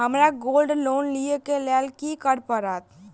हमरा gold loan लिय केँ लेल की करऽ पड़त?